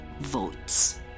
votes